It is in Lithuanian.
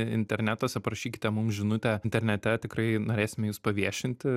internetuose parašykite mums žinutę internete tikrai norėsime jus paviešinti